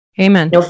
Amen